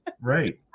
Right